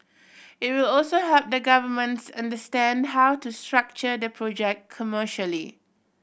it will also help the governments understand how to structure the project commercially